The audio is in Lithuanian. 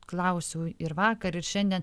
klausiau ir vakar ir šiandien